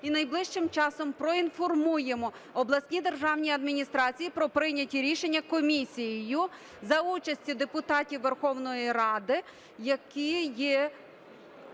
І найближчим часом проінформуємо обласні державні адміністрації про прийняті рішення комісією за участі депутатів Верховної Ради, які є